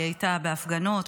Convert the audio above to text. היא הייתה בהפגנות,